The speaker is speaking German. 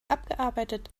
abgearbeitet